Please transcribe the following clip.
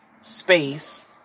space